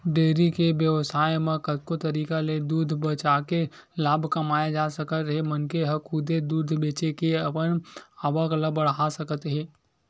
dairy के बेवसाय म कतको तरीका ले दूद बेचके लाभ कमाए जा सकत हे मनखे ह खुदे दूद बेचे के अपन आवक ल बड़हा सकत हे